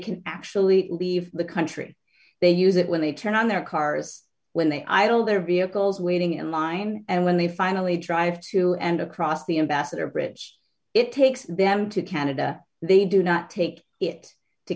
can actually leave the country they use it when they turn on their cars when they idle their vehicles waiting in line and when they finally drive to and across the ambassador bridge it takes them to canada they do not take it to